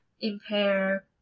impair